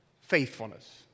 faithfulness